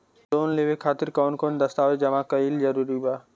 Loan लेवे खातिर कवन कवन दस्तावेज जमा कइल जरूरी बा?